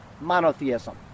Monotheism